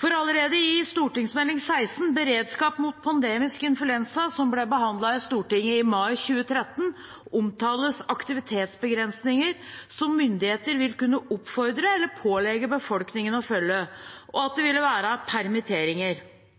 For allerede i Meld. St. 16 for 2012 – 2013, Beredskap mot pandemisk influensa, som ble behandlet i Stortinget i mai 2013, omtales aktivitetsbegrensninger som myndigheter vil kunne oppfordre eller pålegge befolkningen å følge, og at det